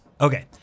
Okay